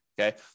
okay